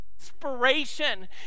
inspiration